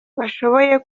bashobore